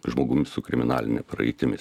žmogumi su kriminaline praeitimi